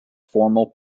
formal